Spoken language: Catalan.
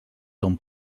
ton